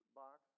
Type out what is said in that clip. box